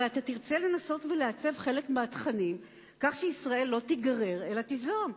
הרי תרצה לנסות לעצב חלק מהתכנים כך שישראל לא תיגרר אלא תיזום.